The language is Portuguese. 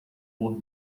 pôr